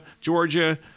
Georgia